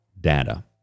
data